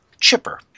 chipper